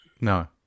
no